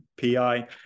PI